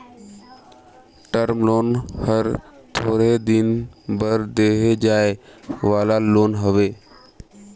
term loan हर थोरहें दिन बर देहे जाए वाला लोन हवे